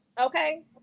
okay